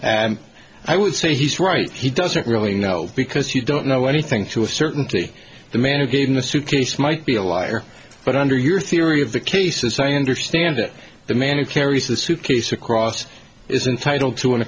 and i would say he's right he doesn't really know because you don't know anything to a certainty the man who gave him the suitcase might be a liar but under your theory of the cases i understand that the man who carries the suitcase across is entitle to an